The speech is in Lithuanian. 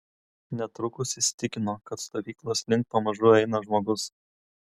netrukus įsitikino kad stovyklos link pamažu eina žmogus